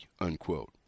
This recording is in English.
unquote